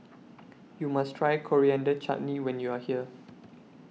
YOU must Try Coriander Chutney when YOU Are here